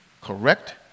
correct